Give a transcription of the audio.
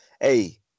Hey